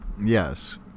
Yes